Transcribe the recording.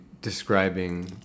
describing